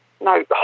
no